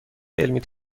علمی